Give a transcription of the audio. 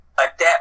adapt